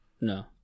No